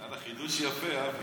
אבל חידוש יפה, אהבתי.